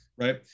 right